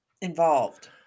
involved